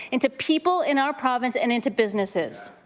into people in our province and into businesses.